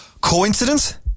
Coincidence